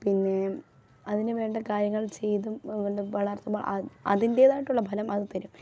പിന്നെ അതിനുവേണ്ട കാര്യങ്ങൾ ചെയ്തും വളർത്തുമ്പോൾ അതിൻ്റേതായിട്ടുള്ള ബലം അത് തരും